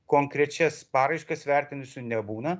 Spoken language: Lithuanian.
konkrečias paraiškas vertinusių nebūna